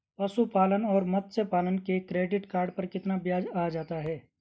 पशुपालन और मत्स्य पालन के क्रेडिट कार्ड पर कितना ब्याज आ जाता है?